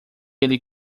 ele